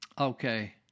Okay